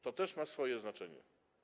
To też ma swoje znaczenie.